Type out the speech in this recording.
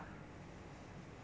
还有多少时间 ah